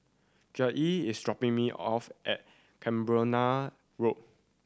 Joelle is dropping me off at Cranborne Road